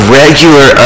regular